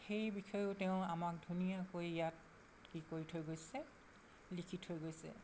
সেই বিষয়েও তেওঁ আমাক ধুনীয়াকৈ ইয়াত কি কৈ থৈ গৈছে লিখি থৈ গৈছে